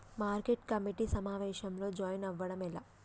Market committee సమావేశంలో join అవ్వడం ఎలా?